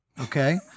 okay